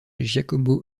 giacomo